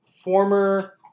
former